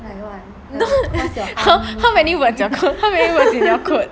no how many how many words is your quote